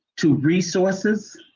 to resources,